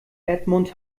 edmund